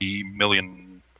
million